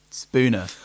Spooner